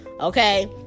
okay